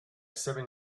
seven